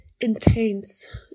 intense